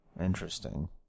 interesting